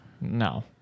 No